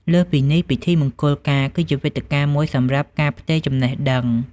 លើសពីនេះ ពិធីមង្គលការគឺជាវេទិកាមួយសម្រាប់ ការផ្ទេរចំណេះដឹង ។